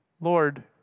Lord